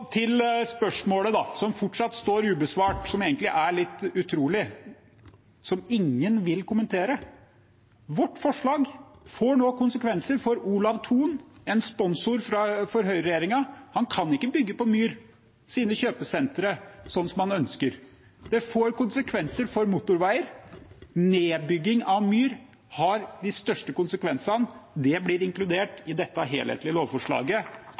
til spørsmålet som fortsatt står ubesvart – noe som egentlig er litt utrolig – og som ingen vil kommentere: Vårt forslag får nå konsekvenser for Olav Thon, en sponsor for høyreregjeringen. Han kan ikke bygge kjøpesentrene sine på myr, sånn som han ønsker. Det får også konsekvenser for motorveier. Nedbygging av myr har de største konsekvensene. Det blir inkludert i dette helhetlige lovforslaget,